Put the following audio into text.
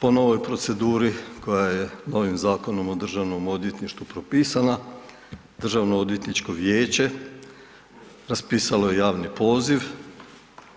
Po novoj proceduri koja je novim Zakonom o državnom odvjetništvu propisana Državno odvjetničko vijeće raspisalo je javni poziv